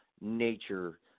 nature